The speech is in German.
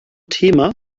thema